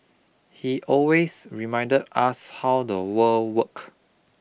he always reminded us how the world worked